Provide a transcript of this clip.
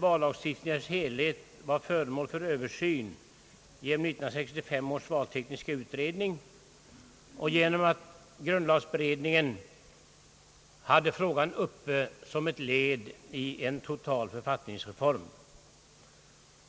Vallagstiftningen i dess helhet är, sade utskottet, föremål för översyn genom 1965 års valtekniska utredning och genom att grundlagberedningen hade frågan uppe som ett led i arbetet på en total författningsreform.